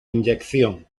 inyección